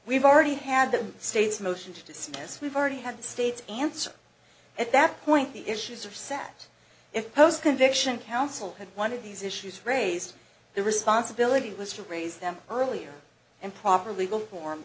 we've already had the state's motion to dismiss we've already had the state's answer at that point the issues are set if post conviction counsel had one of these issues raised the responsibility was to raise them earlier and proper legal form